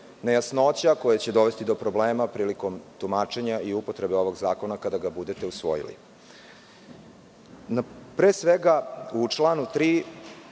nejasnoća koje će dovesti do problema prilikom tumačenja i upotrebe ovog zakona kada ga budete usvojili.U članu 3.